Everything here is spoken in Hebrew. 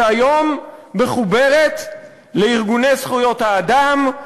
שהיום מחוברת לארגוני זכויות האדם,